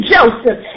Joseph